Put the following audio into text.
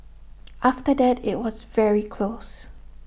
after that IT was very close